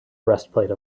breastplate